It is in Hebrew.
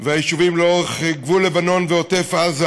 והיישובים לאורך גבול לבנון ועוטף עזה,